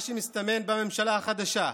מה שמסתמן בממשלה החדשה,